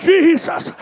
Jesus